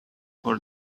for